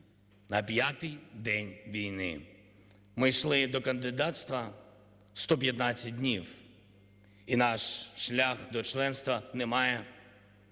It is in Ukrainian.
на п'ятий день війни. Ми йшли до кандидатства 115 днів, і наш шлях до членства не має займати